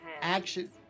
Action